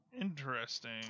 Interesting